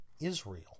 Israel